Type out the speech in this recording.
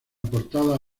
portada